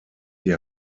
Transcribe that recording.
die